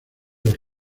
los